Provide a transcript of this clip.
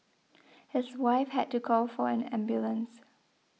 his wife had to call for an ambulance